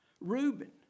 Reuben